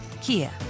Kia